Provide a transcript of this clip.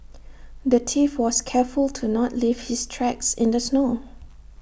the thief was careful to not leave his tracks in the snow